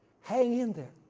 hang in there,